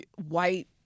white